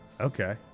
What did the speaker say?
okay